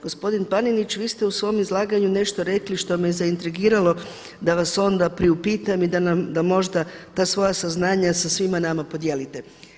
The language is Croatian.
Gospodine Panenić, vi ste u svom izlaganju nešto rekli što me zaintrigiralo da vas onda priupitam i da možda ta svoja saznanja sa svima nama podijelite.